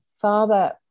father